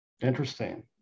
Interesting